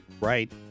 right